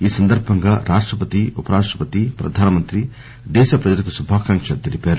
ఈ సందర్భంగా రాష్టపతి ఉపరాష్టపతి ప్రధానమంత్రి దేశ ప్రజలకు శుభాకాంకులు తెలిపారు